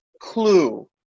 clue